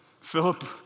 Philip